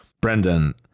Brendan